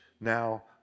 now